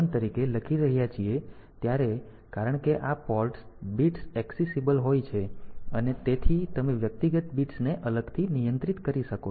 7 તરીકે લખી રહ્યા છીએ ત્યારે કારણ કે આ પોર્ટ્સ બિટ્સ ઍક્સેસિબલ હોય છે તેથી તમે વ્યક્તિગત બિટ્સ ને અલગથી નિયંત્રિત કરી શકો છો